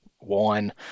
wine